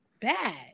bad